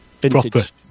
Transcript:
vintage